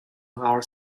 our